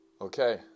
Okay